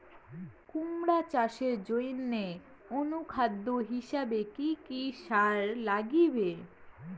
কুমড়া চাষের জইন্যে অনুখাদ্য হিসাবে কি কি সার লাগিবে?